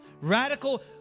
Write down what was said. Radical